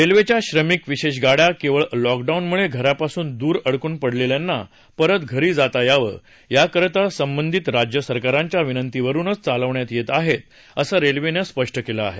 रेल्वेच्या श्रमिक विशेष गाड्या केवळ लॉकडाऊनमुळे घरापासून दूर अडकून पडलेल्यांना परत घरी जाता यावं याकरता संबंधित राज्यसरकारांच्या विनंतीवरुनच चालवण्यात येत आहेत असं रेल्वेने स्पष्ट केलं आहे